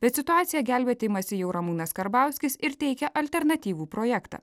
bet situaciją gelbėti imasi jau ramūnas karbauskis ir teikia alternatyvų projektą